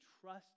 trust